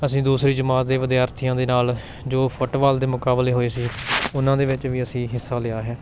ਅਸੀਂ ਦੂਸਰੀ ਜਮਾਤ ਦੇ ਵਿਦਿਆਰਥੀਆਂ ਦੇ ਨਾਲ਼ ਜੋ ਫੁੱਟਬਾਲ ਦੇ ਮੁਕਾਬਲੇ ਹੋਏ ਸੀ ਉਹਨਾਂ ਦੇ ਵਿੱਚ ਵੀ ਅਸੀਂ ਹਿੱਸਾ ਲਿਆ ਹੈ